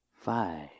Five